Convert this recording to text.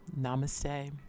Namaste